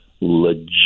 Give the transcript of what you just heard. legit